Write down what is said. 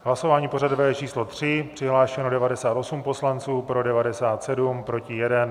Hlasování pořadové číslo 3, přihlášeno 98 poslanců, pro 97, proti 1.